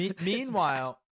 meanwhile